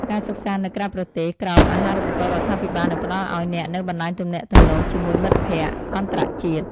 ការសិក្សានៅក្រៅប្រទេសក្រោមអាហារូបករណ៍រដ្ឋាភិបាលនឹងផ្តល់ឱ្យអ្នកនូវបណ្តាញទំនាក់ទំនងជាមួយមិត្តភក្តិអន្តរជាតិ។